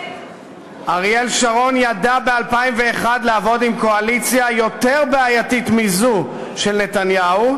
אריאל שרון ידע ב-2001 לעבוד עם קואליציה יותר בעייתית מזו של נתניהו,